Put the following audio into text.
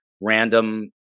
random